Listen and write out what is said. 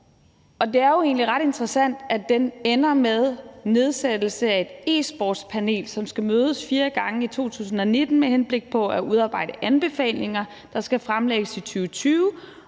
det er jo egentlig ret interessant, at den endte med en nedsættelse af et e-sportspanel, som skulle mødes fire gange i 2019 med henblik på at udarbejde anbefalinger, der skulle fremlægges i 2020,